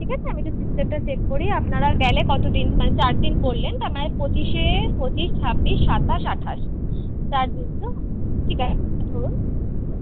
ঠিক আছে আমি একটু সিস্টেমটা চেক করেই আপনারা গেলে কত দিন মানে চার দিন বললেন তো মানে পঁচিশে পঁচিশ ছাব্বিশ সাতাশ আঠাশ চার দিন তো ঠিক আছে ধরুন হ্যাঁ